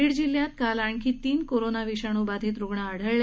बीड जिल्ह्यात काल आणखी तीन कोरोना विषाणू बाधित रुग्ण आढळले